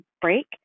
break